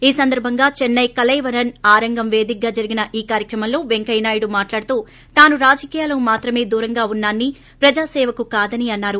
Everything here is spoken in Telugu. ఈ సందర్భంగా చెస్పై కలైవనర్ ఆరంగం పేదికగా జరిగిన కార్యక్రమంలో వెంకయ్య నాయుడు మాట్లాడుతూ తాను రాజకీయాలకు మాత్రమే దూరంగా ఉన్నా నని ప్రజాసేవకు కాదని అన్నారు